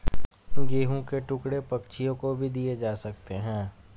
गेहूं के टुकड़े पक्षियों को भी दिए जा सकते हैं